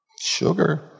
Sugar